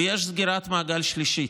ויש סגירת מעגל שלישית.